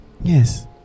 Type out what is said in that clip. yes